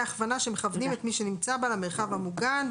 הכוונה שמכוונים את מי שנמצא בה למרחב המוגן,